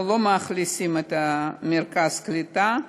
אנחנו לא מאכלסים את מרכז קליטה,